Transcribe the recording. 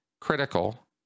critical